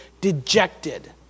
dejected